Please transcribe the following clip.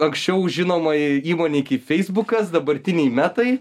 buvo anksčiau žinomai įmonei kaip feisbukas dabartinei metai